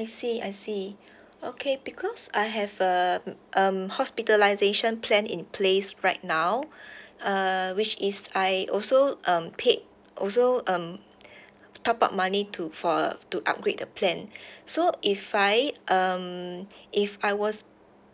I see I see okay because I have uh um hospitalisation plan in place right now uh which is I also um paid also um top up money to for to upgrade the plan so if I um if I was